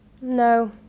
no